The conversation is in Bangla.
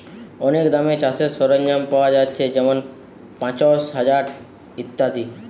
অনেক দামে চাষের সরঞ্জাম পায়া যাচ্ছে যেমন পাঁচশ, হাজার ইত্যাদি